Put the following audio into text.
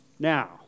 Now